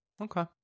Okay